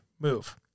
move